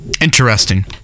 Interesting